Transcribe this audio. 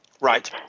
Right